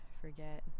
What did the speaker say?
forget